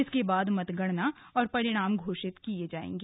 इसके बाद मतगणना और परिणाम घोषित किये जाएंगे